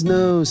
no